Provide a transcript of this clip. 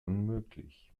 unmöglich